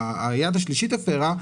היד השלישית הפרה,